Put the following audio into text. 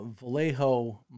Vallejo